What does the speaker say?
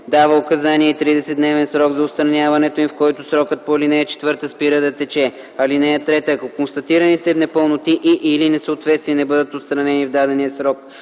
дава указания и 30-дневен срок за отстраняването им, в който срокът по ал. 4 спира да тече. (3) Ако констатираните непълноти и/или несъответствия не бъдат отстранени в дадения срок